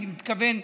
אני מתכוון,